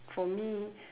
for me